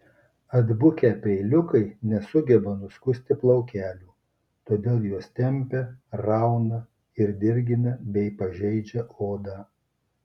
atbukę peiliukai nesugeba nuskusti plaukelių todėl juos tempia rauna ir dirgina bei pažeidžia odą